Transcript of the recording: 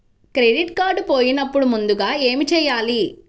Credit card పోయినపుడు ముందుగా ఏమి చేయాలి?